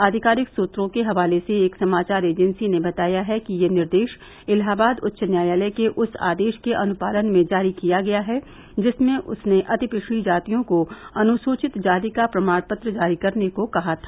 आधिकारिक सुत्रों के हवाले से एक समाचार एजेंसी ने बताया है कि यह निर्देश इलाहाबाद उच्च न्यायालय के उस आदेश के अनुपालन में जारी किया गया है जिसमें उसने अति पिछड़ी जातियों को अनुसूचित जाति का प्रमाण पत्र जारी करने को कहा था